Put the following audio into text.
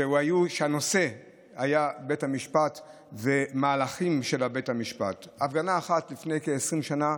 שהנושא היה בית המשפט ומהלכים של בית המשפט: הפגנה אחת לפני כ-20 שנה,